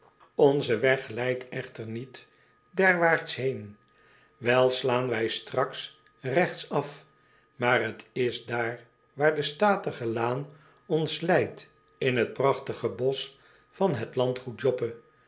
onze weg leidt echter niet derwaarts heen wèl slaan wij straks regts af maar t is daar waar de statige laan ons leidt in het prachtige bosch van het landgoed